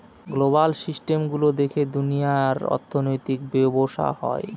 global system গুলো দেখে দুনিয়ার অর্থনৈতিক ব্যবসা হয়